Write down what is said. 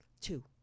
two